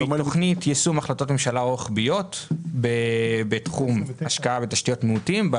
מתכנית יישום החלטות ממשלה רוחביות בתחום השקעה בתשתיות מיעוטים.